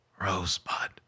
Rosebud